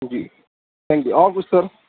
G thank you اور کچھ سر